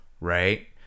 right